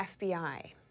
FBI